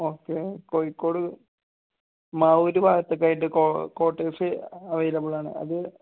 okay Kozhikode Mavoor ഭാഗത്തക്കായിട്ട് co cottages അവൈലബിളാണ് അത്